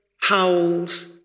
howls